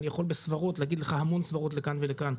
אני יכול בסברות להגיד לך המון סברות לכאן ולכאן,